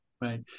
right